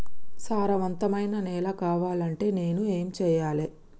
సారవంతమైన నేల కావాలంటే నేను ఏం చెయ్యాలే?